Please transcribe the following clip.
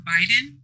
Biden